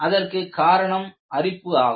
அதற்கு காரணம் அரிப்பு ஆகும்